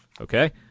Okay